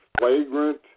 flagrant